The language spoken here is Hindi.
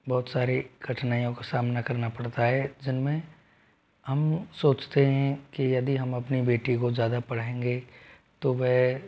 बहुत सारी कठिनाइयों का सामना करना पड़ता है जिनमें हम सोचते हैं कि यदि हम अपनी बेटी को ज़्यादा पढ़ाएंगे तो वह